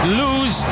lose